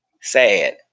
Sad